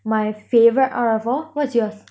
my favourite out of all what's yours